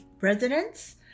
residents